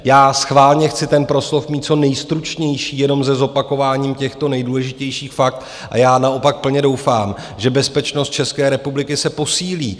Já schválně chci ten proslov mít co nejstručnější, jenom ze zopakování těchto nejdůležitějších fakt, a já naopak plně doufám, že bezpečnost České republiky se posílí.